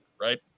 Right